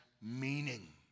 meaning